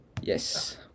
yes